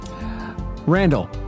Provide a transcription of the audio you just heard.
Randall